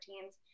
teams